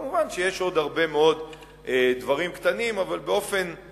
כמובן, יש עוד הרבה מאוד דברים קטנים, אבל בכללי,